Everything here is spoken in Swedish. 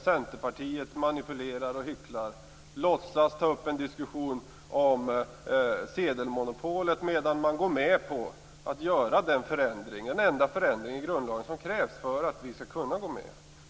Centerpartiet manipulerar och hycklar och låtsas ta upp en diskussion om sedelmonopolet medan man går med på att göra den enda förändring av grundlagen som krävs för att vi skall kunna gå med.